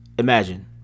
Imagine